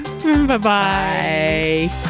Bye-bye